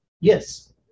yes